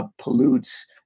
Pollutes